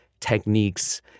techniques